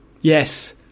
yes